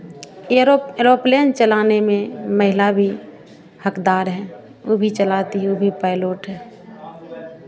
arrow aeroplane चलाने में महिला भी हकदार है वो भी चलाती वो भी पायलोट है